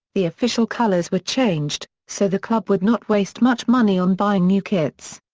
the official colors were changed, so the club would not waste much money on buying new kits.